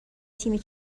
تیمی